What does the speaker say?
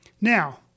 Now